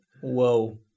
Whoa